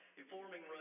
informing